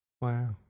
Wow